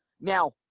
Now